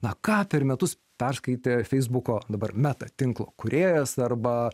na ką per metus perskaitė feisbuko dabar meta tinklo kūrėjas arba